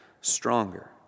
stronger